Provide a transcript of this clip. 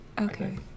Okay